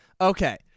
Okay